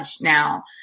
now